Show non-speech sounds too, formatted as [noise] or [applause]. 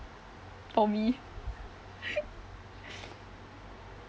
for me [laughs]